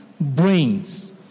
brains